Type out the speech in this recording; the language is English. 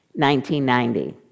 1990